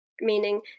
meaning